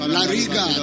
Lariga